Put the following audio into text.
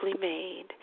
made